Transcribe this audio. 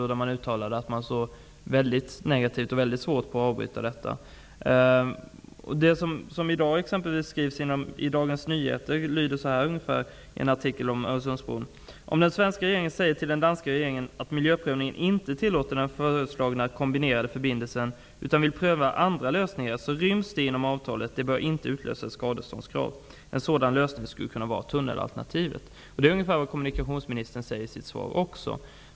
Regeringen uttalade att den såg väldigt negativt på att avbryta projketet och att det skulle vara väldigt svårt. Exempelvis finns i dag en artikel om Öresundsbron i Dagens Nyheter som lyder ungefär så här: Om den svenska regeringen säger till den danska regeringen att miljöprövningen inte tillåter den föreslagna kombinerade förbindelsen utan vill pröva andra lösningar, så ryms det inom avtalet. Det bör inte utlösa ett skadeståndskrav. En sådan lösning skulle kunna vara tunnelalternativet. Det är ungefär vad kommunikationsministern också säger i sitt svar.